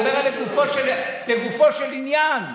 אני מדבר לגופו של עניין.